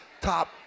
top